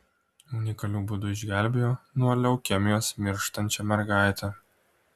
unikaliu būdu išgelbėjo nuo leukemijos mirštančią mergaitę